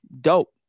Dope